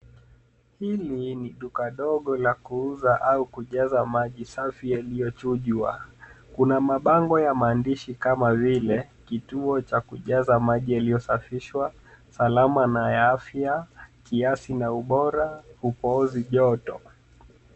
Hili ni duka dogo la kuuza au kujaza maji safi yaliyochujwa. Kuna mabango ya maandishi kama vile: kituo cha kujaza maji yaliyosafishwa, salama na ya afya, kiasi na ubora, upoozi joto.